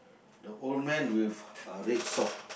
the old man with a red sock